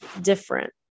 different